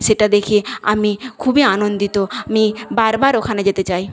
সেটা দেখে আমি খবুই আনন্দিত আমি বারবার ওখানে যেতে চাই